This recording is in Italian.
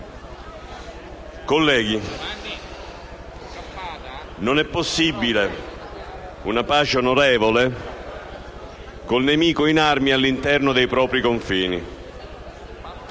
colleghi, non è possibile una pace onorevole con il nemico in armi all'interno dei propri confini.